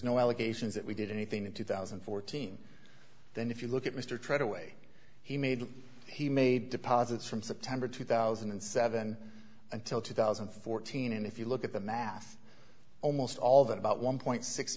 no allegations that we did anything in two thousand and fourteen than if you look at mr trevor way he made he made deposits from september two thousand and seven until two thousand and fourteen and if you look at the math almost all that about one point six